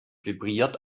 vibriert